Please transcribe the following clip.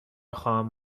خواهم